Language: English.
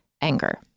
anger